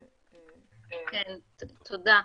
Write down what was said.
תודה.